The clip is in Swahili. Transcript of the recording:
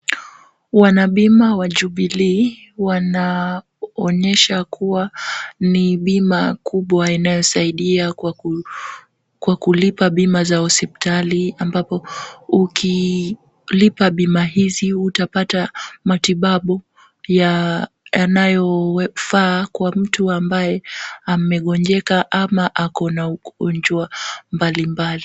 Wanabima wa Jubilee wanoanyesha kua ni bima kubwa inayo saidia kwa kulipa bima za hospitali, ambapo ukilipa bima hizi utapata matibabu yanayofaa kwa mtu ambaye amegonjeka ama ako na ugonjwa mbali mbali.